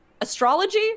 astrology